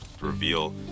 reveal